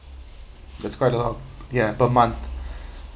that's quite a lot ya per month